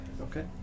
okay